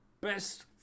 best